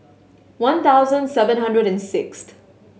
one thousand seven hundred and sixth